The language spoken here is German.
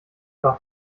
doch